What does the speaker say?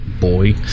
boy